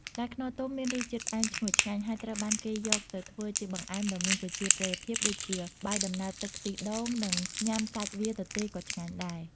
ផ្លែខ្នុរទុំមានរសជាតិផ្អែមឈ្ងុយឆ្ងាញ់ ហើយត្រូវបានគេយកទៅធ្វើជាបង្អែមដ៏មានប្រជាប្រិយភាពដូចជា បាយដំណើបទឹកខ្ទិះដូងនិង ញុំាសាច់វាទទេក៏ឆ្ងាញ់ដែរ។